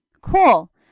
Cool